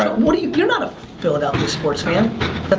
you're not a philadelphia sports fan? but